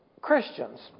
Christians